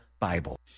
Bible